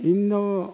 ᱤᱧᱫᱚ